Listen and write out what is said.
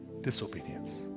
disobedience